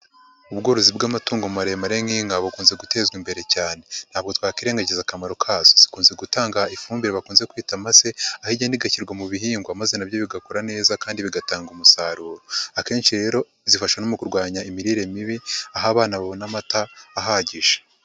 Ubworozi bw'amatungo maremare nk'inka bukunze gutezwa imbere cyane, ntabwo twakwirengagiza akamaro kazo zikunze gutanga ifumbire bakunze kwita amase aho igenda igashyirwa mu bihingwa maze na byo bigakora neza kandi bigatanga umusaruro; akenshi rero zifasha no mu kurwanya imirire mibi aho abana babona amata ahagije.